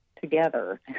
together